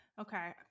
Okay